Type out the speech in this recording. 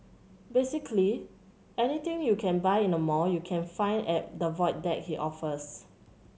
basically anything you can buy in a mall you can find at the Void Deck he offers